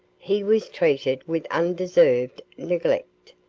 he was treated with undeserved neglect,